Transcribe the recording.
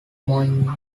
munich